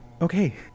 Okay